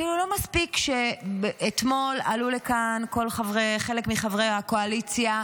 כאילו לא מספיק שאתמול עלו לכאן חלק מחברי הקואליציה,